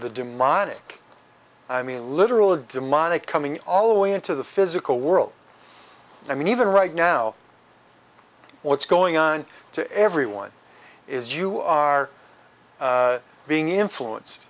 the demonic i mean literal demonic coming all the way into the physical world i mean even right now what's going on to everyone is you are being influenced